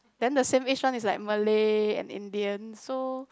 then the same age one is like Malay and Indian so